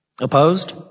Opposed